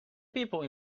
people